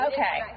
Okay